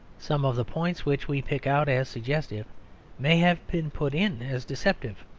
some of the points which we pick out as suggestive may have been put in as deceptive.